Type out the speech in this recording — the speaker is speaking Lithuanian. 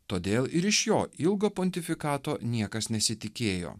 todėl ir iš jo ilgo pontifikato niekas nesitikėjo